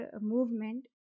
movement